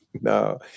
No